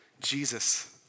Jesus